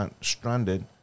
stranded